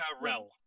Rel